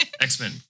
X-Men